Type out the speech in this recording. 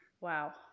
Wow